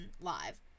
live